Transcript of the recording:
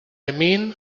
mean